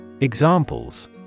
Examples